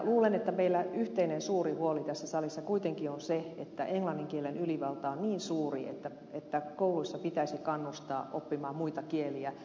luulen että meillä yhteinen suuri huoli tässä salissa kuitenkin on se että englannin kielen ylivalta on niin suuri että kouluissa pitäisi kannustaa oppimaan muita kieliä